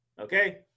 Okay